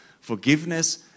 Forgiveness